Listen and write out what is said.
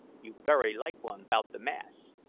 you very like one about the masts.